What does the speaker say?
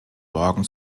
morgen